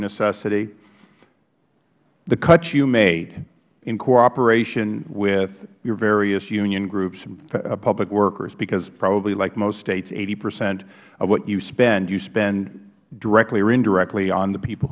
necessity the cuts you made in cooperation with your various union groups of public workers because probably like most states eighty percent of what you spend you spend directly or indirectly on the people